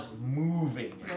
moving